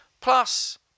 Plus